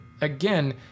again